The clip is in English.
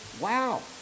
Wow